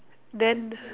then